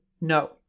no